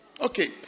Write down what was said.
okay